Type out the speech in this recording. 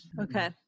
Okay